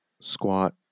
squat